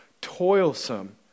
toilsome